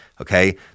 Okay